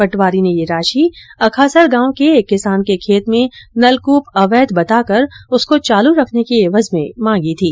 पटवारी ने यह राशि अखासर गांव के एक किसान के खेत में नलकूप अवैध बताकर उसको चालू रखने की एवज में मांगी थी